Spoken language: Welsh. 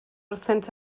wrthynt